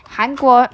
韩国